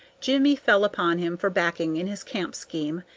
jimmie fell upon him for backing in his camp scheme,